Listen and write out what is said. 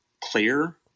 clear